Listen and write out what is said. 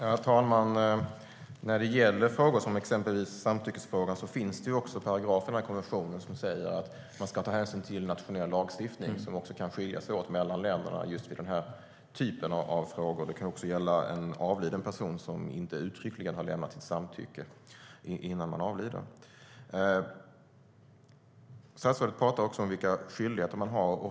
Herr talman! När det gäller frågor som samtyckesfrågan finns det paragrafer i konventionen som säger att man ska ta hänsyn till nationell lagstiftning, som kan skilja sig åt mellan länder i just den här typen av frågor. Det kan också gälla en avliden person som inte uttryckligen har lämnat sitt samtycke innan personen har avlidit. Statsrådet pratade om vilka skyldigheter man har.